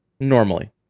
normally